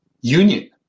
union